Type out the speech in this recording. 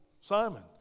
Simon